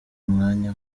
umwanya